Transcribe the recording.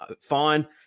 fine